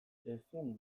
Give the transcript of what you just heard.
ezin